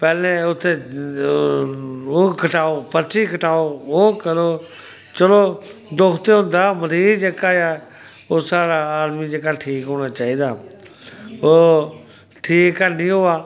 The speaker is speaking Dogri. पैह्लें उत्थै ओह् कटाओ पर्ची कटाओ ओह् करो चलो दुख ते होंदा मरीज जेह्का ऐ ओह् साढ़ा आदमी जेह्का ठीक होना चाहिदा ओह् ठीक हैन्नी होआ